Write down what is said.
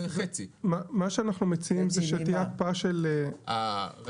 מה שאנחנו מציעים זה בעצם שתהיה הקפאה של --- זה חצי.